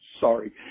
sorry